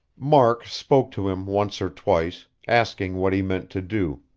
mark spoke to him once or twice, asking what he meant to do.